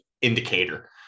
Indicator